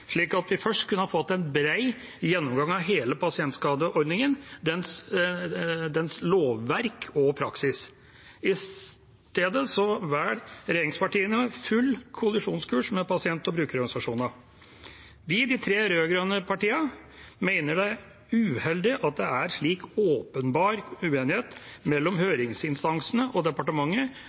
slik at vi først kunne fått en bred gjennomgang av hele pasientskadeordningen, dens lovverk og praksis. I stedet velger regjeringspartiene full kollisjonskurs med pasient- og brukerorganisasjonene. Vi, de tre rød-grønne partiene, mener det er uheldig at det er slik åpenbar uenighet mellom høringsinstansene og departementet